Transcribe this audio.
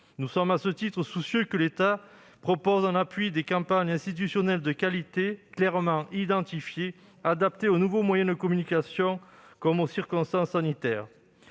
Nous sommes à ce titre soucieux que l'État propose, en appui, des campagnes institutionnelles de qualité, clairement identifiées, adaptées aux nouveaux moyens de communication comme aux circonstances sanitaires.